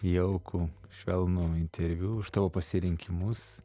jaukų švelnų interviu už tavo pasirinkimus